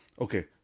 okay